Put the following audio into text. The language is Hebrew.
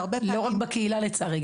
לא רק בקהילה, לצערי.